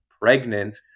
pregnant